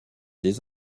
des